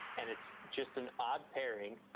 and, it's just an odd pairing.